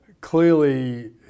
clearly